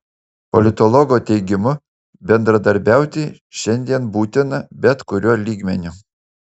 politologo teigimu bendradarbiauti šiandien būtina bet kuriuo lygmeniu